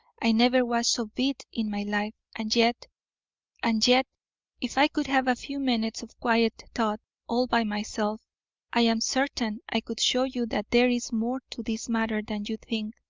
i never was so beat in my life, and yet and yet if i could have a few minutes of quiet thought all by myself i am certain i could show you that there is more to this matter than you think.